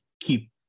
keep